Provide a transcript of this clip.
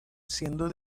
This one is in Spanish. siendo